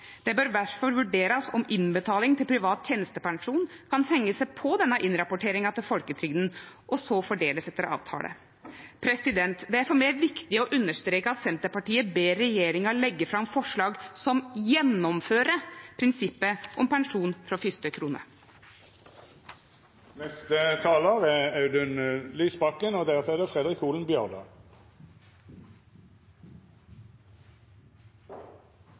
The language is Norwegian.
Det bør difor vurderast om innbetaling til privat tenestepensjon kan hengje seg på denne innrapporteringa til folketrygda, og så bli fordelt etter avtale. Det er for meg viktig å understreke at Senterpartiet ber regjeringa leggje fram forslag som gjennomfører prinsippet om pensjon frå fyrste krone. Vi har fått et langt mer usosialt pensjonssystem i Norge enn før, og det